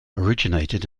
originated